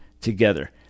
together